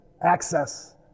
access